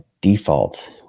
default